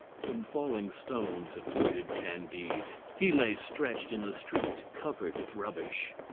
some falling stones had wounded candide. he lay stretched in the street covered with rubbish.